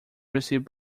receive